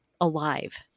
alive